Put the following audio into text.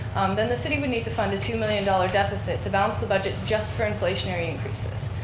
then the city would need to fund a two million dollar deficit to balance the budget just for inflationary increases.